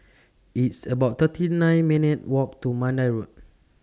It's about thirty nine minutes' Walk to Mandai Road